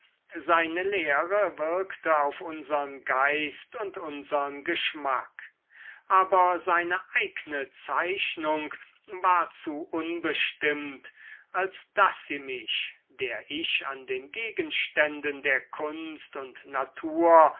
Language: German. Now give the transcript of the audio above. seine lehre wirkte auf unsern geist und unsern geschmack aber seine eigne zeichnung war zu unbestimmt als daß sie mich der ich an den gegenständen der kunst und natur